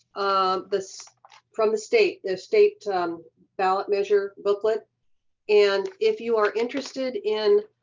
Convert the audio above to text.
ah this from the state, the state ballot measure booklet and if you are interested in